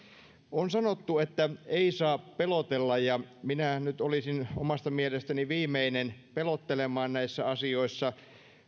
on sanottu että ei saa pelotella ja minähän nyt olisin omasta mielestäni viimeinen pelottelemaan näissä asioissa